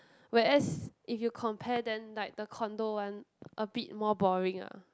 whereas if you compare then like the condo one a bit more boring lah